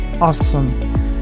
awesome